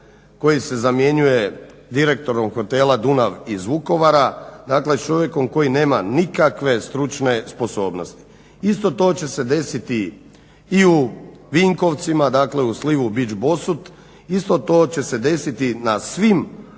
koji se zamjenjuje direktorom hotela Dunav iz Vukovara, dakle čovjekom koji nema nikakve stručne sposobnosti. Isto to će se desiti i u Vinkovcima, dakle u slivu beach Bosut. Isto to će se desiti na svim,